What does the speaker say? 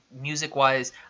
music-wise